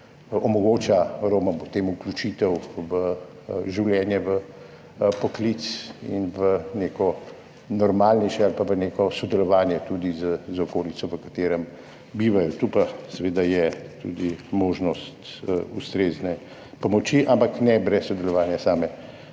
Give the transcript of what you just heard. potem vključitev v življenje, v poklic in v neko normalnejše ali pa v neko sodelovanje tudi z okolico, v kateri bivajo. Tu pa je seveda tudi možnost ustrezne pomoči, ampak ne brez sodelovanja same